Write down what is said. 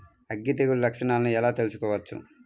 అగ్గి తెగులు లక్షణాలను ఎలా తెలుసుకోవచ్చు?